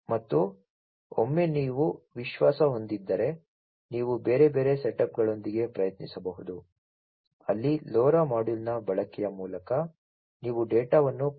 ಮತ್ತು ಒಮ್ಮೆ ನೀವು ವಿಶ್ವಾಸ ಹೊಂದಿದ್ದರೆ ನೀವು ಬೇರೆ ಬೇರೆ ಸೆಟಪ್ಗಳೊಂದಿಗೆ ಪ್ರಯತ್ನಿಸಬಹುದು ಅಲ್ಲಿ LoRa ಮಾಡ್ಯೂಲ್ನ ಬಳಕೆಯ ಮೂಲಕ ನೀವು ಡೇಟಾವನ್ನು 0